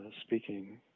speaking